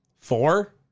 Four